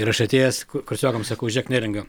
ir aš atėjęs kursiokam sakau žiūrėk neringa